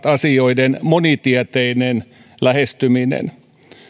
asioiden monitieteinen lähestyminen